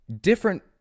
different